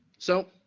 so,